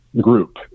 group